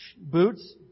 Boots